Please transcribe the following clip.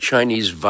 Chinese